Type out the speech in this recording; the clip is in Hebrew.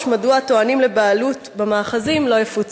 3. מדוע הטוענים לבעלות במאחזים לא יפוצו?